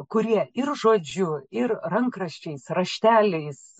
kurie ir žodžiu ir rankraščiais rašteliais